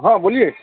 ہاں بولیے